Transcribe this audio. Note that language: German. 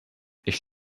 ich